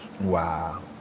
Wow